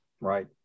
Right